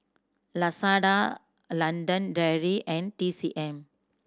Lazada London Dairy and T C M